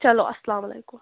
چَلو اَسلامَ علیکُم